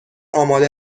آماده